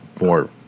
more